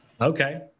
Okay